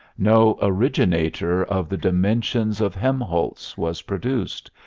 no originator of the dimensions of helmholtz was produced,